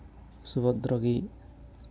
ᱥᱩᱵᱷᱚᱫᱨᱟᱝᱜᱤ